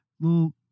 little